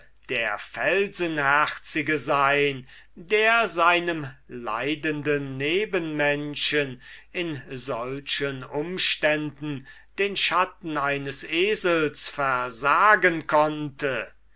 der felsenherzige sein der seinem leidenden nebenmenschen in solchen umständen den schatten eines esels versagen konnte